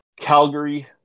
Calgary